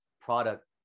product